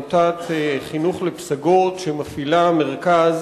מרכז הפעילות של עמותת "חינוך לפסגות" בעיר ערד,